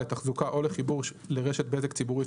לתחזוקה או לחיבור לרשת בזק ציבורית,